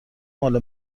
مال